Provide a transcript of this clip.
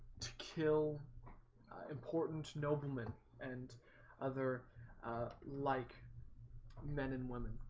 to kill important noblemen and other like men and women